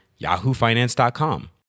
yahoofinance.com